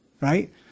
right